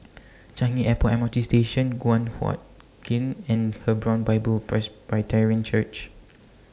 Changi Airport M R T Station Guan Huat Kiln and Hebron Bible Presbyterian Church